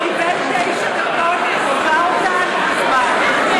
הוא קיבל תשע דקות והוא עבר אותן מזמן.